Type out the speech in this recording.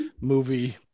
movie